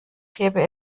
gäbe